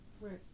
Right